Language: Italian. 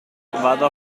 vado